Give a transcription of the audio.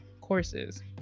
courses